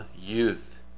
youth